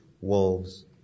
wolves